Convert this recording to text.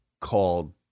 called